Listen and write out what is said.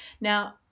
Now